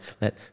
let